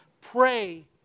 Pray